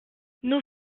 nous